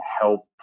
help